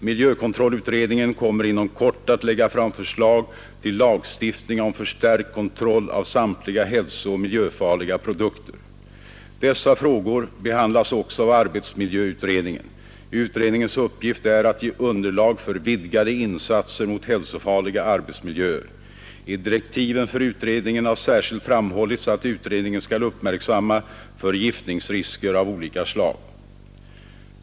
Miljökontrollutredningen kommer inom kort att lägga fram förslag till lagstiftning om förstärkt kontroll av Dessa frågor behandlas också av arbetsmiljöutredningen. Utredningens uppgift är att ge underlag för vidgade insatser mot hälsofarliga arbetsmiljöer. I direktiven för utredningen har särskilt framhållits att utredningen skall uppmärksamma förgiftningsrisker av olika slag.